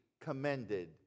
commended